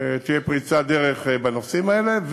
תהיה פריצת דרך בנושאים האלה.